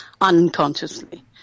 Unconsciously